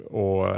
och